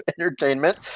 entertainment